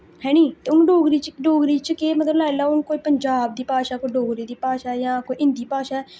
हैनी ते हुन डोगरी च डोगरी च केह् मतलब लाई लाओ हुन कोई पंजाब दी भाशा कोई डोगरी दी भाशा यां कोई हिंदी भाशा